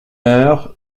heure